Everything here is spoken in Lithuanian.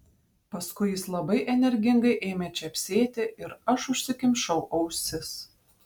paskui jis labai energingai ėmė čepsėti ir aš užsikimšau ausis